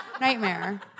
Nightmare